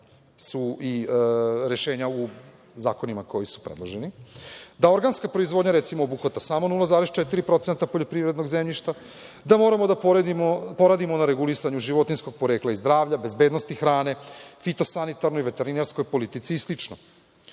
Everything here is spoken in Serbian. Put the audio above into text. su i rešenja u zakonima koji su predloženi, da organska proizvodnja obuhvata samo 0,4% poljoprivrednog zemljišta, da moramo da poradimo na regulisanju životinjskog porekla i zdravlja, bezbednosti hrane, fitosanitarnoj i veterinarskoj politici i